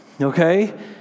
okay